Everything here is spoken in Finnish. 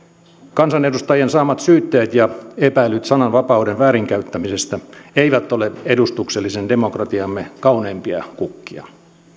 kansanedustajien saamat syytteet ja epäilyt sananvapauden väärinkäyttämisestä eivät ole edustuksellisen demokratiamme kauneimpia kukkia